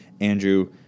Andrew